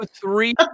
three